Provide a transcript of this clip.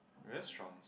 restaurants